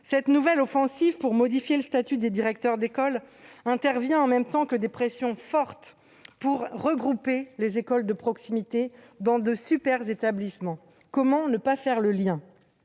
Cette nouvelle offensive pour modifier le statut des directeurs d'école intervient en même temps que des pressions fortes pour regrouper les écoles de proximité dans de super-établissements. Comment ne pas faire le lien ?